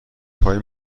پایی